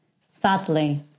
Sadly